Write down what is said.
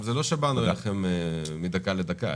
וגם לא באנו אליכם מדקה לדקה.